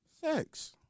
sex